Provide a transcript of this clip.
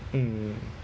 mm